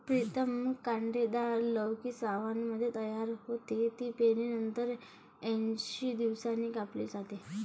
प्रीतम कांटेदार लौकी सावनमध्ये तयार होते, ती पेरणीनंतर ऐंशी दिवसांनी कापली जाते